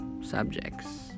subjects